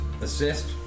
assist